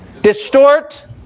Distort